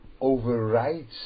overrides